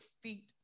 feet